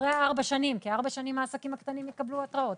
אחרי ארבע שנים כי ארבע שנים העסקים הקטנים יקבלו התראות,